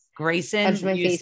Grayson